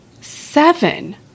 seven